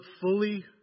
fully